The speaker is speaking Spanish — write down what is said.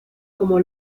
como